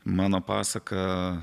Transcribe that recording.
mano pasaka